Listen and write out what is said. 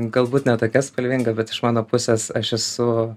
galbūt ne tokia spalvinga bet iš mano pusės aš esu